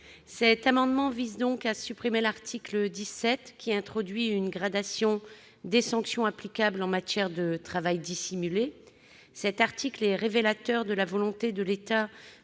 Cet amendement vise également à supprimer l'article 17, qui introduit une gradation des sanctions applicables en matière de travail dissimulé. Cet article est révélateur de la volonté de l'État